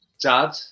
dad